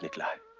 like live